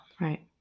Right